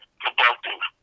productive